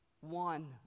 One